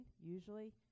usually